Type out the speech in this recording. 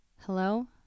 Hello